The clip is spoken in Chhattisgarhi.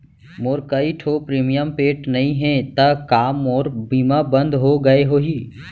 मोर कई ठो प्रीमियम पटे नई हे ता का मोर बीमा बंद हो गए होही?